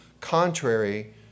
contrary